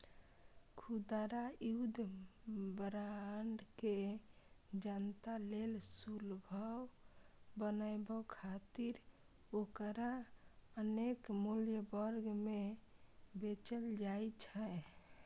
खुदरा युद्ध बांड के जनता लेल सुलभ बनाबै खातिर ओकरा अनेक मूल्य वर्ग मे बेचल जाइ छै